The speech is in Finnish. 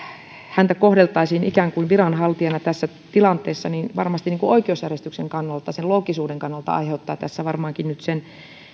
ensihoitajaa kohdeltaisiin ikään kuin viranhaltijana tässä tilanteessa varmasti oikeusjärjestyksen kannalta loogisuuden kannalta aiheuttaa tässä varmaankin nyt sen